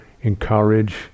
encourage